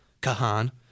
Kahan